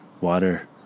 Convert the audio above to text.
water